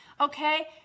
okay